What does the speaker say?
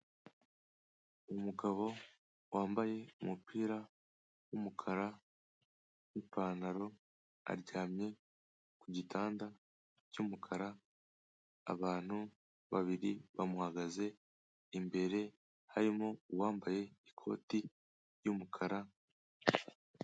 Umugabo wambaye umupira w'umukara n'ipantaro aryamye ku gitanda cy'umukara, abantu babiri bamuhagaze imbere harimo uwambaye ikoti ry'umukara...